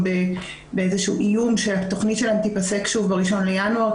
באיזשהו איום שהתכנית שלהן תפסק שוב בראשון לינואר,